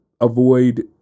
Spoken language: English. avoid